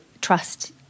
trust